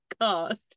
God